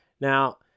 now